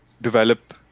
develop